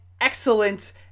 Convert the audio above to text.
excellent